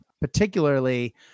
particularly